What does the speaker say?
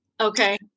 Okay